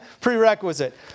prerequisite